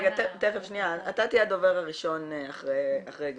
אתה תהיה הדובר הראשון אחרי גדעון.